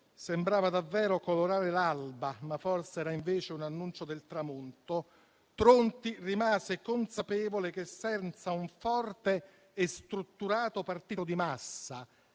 sembrava davvero colorare l'alba, ma forse era invece un annuncio del tramonto, Tronti rimase consapevole che, senza un forte e strutturato partito di massa,